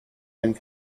and